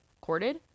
corded